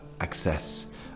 access